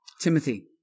Timothy